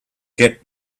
get